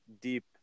deep –